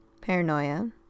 Paranoia